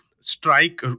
strike